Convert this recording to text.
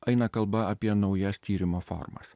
eina kalba apie naujas tyrimo formas